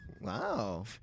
Wow